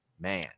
man